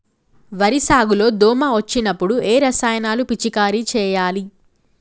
వరి సాగు లో దోమ వచ్చినప్పుడు ఏ రసాయనాలు పిచికారీ చేయాలి?